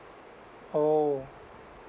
oh